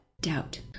doubt